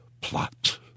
Plot